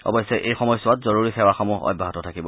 অৱশ্যে এই সময়ছোৱাত জৰুৰী সেৱাসমূহ অব্যাহত থাকিব